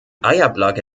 eiablage